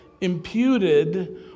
imputed